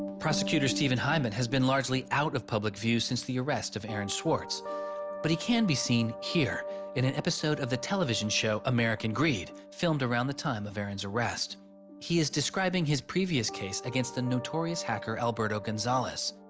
prosecutor stephen heymann has been largerly out of public view since the arrest of aaron swartz but he can be seen here in an episode of the tv show american greed filmed around the time of aaron's arrest he's describing his previous case against the notorious hacker albert gonzalez.